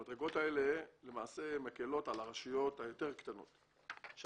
המדרגות האלה למעשה מקלות על הרשויות המקומיות הקטנות יותר,